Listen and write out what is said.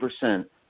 percent